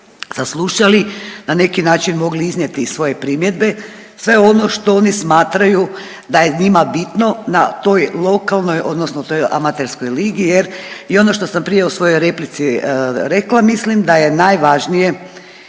saslušali, na neki način mogli iznijeti i svoje primjedbe, sve ono što oni smatraju da je njima bitno na toj lokalnoj odnosno toj amaterskoj ligi jer i ono što sam prije u svojoj replici rekla mislim da je najvažnije